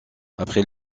après